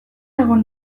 egon